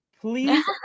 please